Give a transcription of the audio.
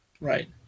Right